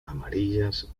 amarillas